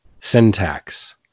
syntax